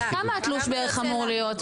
כמה התלוש בערך אמור להיות,